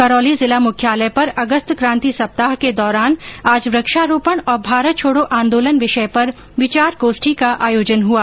करौली जिला मुख्यालय पर अगस्त क्रांति सप्ताह के दौरान आज वृक्षारोपण और भारत छोडो आन्दोलन विषय पर विचार गोष्ठी का आयोजन हुआ